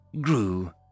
grew